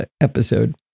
episode